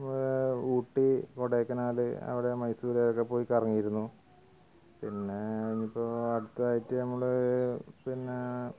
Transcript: ഇപ്പോൾ ഊട്ടി കൊടൈയ്ക്കനാല് അവിടെ മൈസൂര് ഒക്കെ പോയി കറങ്ങിയിരുന്നു പിന്നേ ഇപ്പോൾ അടുത്തായിട്ട് നമ്മള് പിന്നേ